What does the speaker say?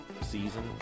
season